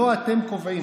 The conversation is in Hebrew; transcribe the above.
לא אתם קובעים.